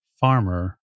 farmer